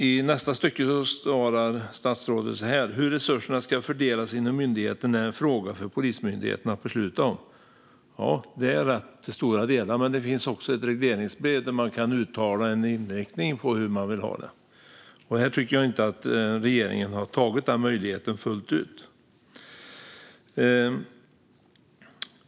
I nästa stycke av svaret säger statsrådet så här: "Hur resurserna ska fördelas inom myndigheten är en fråga för Polismyndigheten att besluta om." Ja, det är till stora delar riktigt, men det finns också ett regleringsbrev där regeringen kan uttala en inriktning på hur man vill ha det. Här tycker jag inte att regeringen har utnyttjat den möjligheten fullt ut.